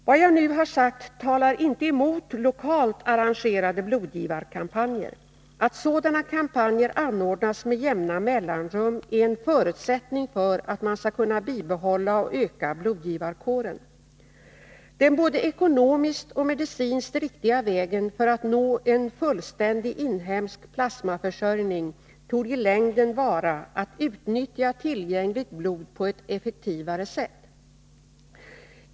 Vad jag nu har sagt talar inte emot lokalt arrangerade blodgivarkampanjer. Att sådana kampanjer anordnas med jämna mellanrum är en förutsättning för att man skall kunna bibehålla och öka blodgivarkåren. Den både ekonomiskt och medicinskt riktiga vägen för att nå en fullständig inhemsk plasmaförsörjning torde i längden vara att utnyttja tillgängligt blod på ett effektivare sätt.